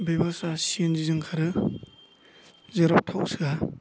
बे बासा सिनजों खारो जेराव थाव सोया